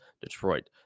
Detroit